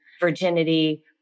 virginity